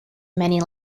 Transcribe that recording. many